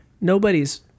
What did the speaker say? Nobody's